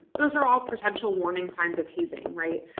those are all potential warning signs of hazing, right.